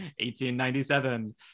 1897